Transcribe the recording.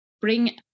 bring